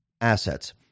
assets